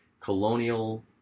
colonial